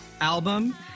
album